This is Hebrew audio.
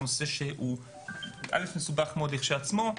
נושא שהוא מסובך מאוד כשלעצמו,